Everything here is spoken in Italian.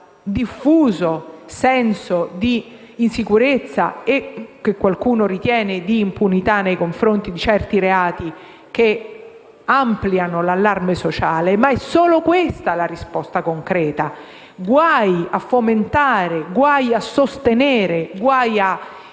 diffuso senso di insicurezza, che qualcuno ritiene di impunità, nei confronti di certi reati che ampliano l'allarme sociale. Ma è solo questa la risposta concreta: guai a fomentare, guai a sostenere, guai a